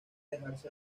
dejarse